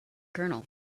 colonel